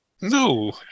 No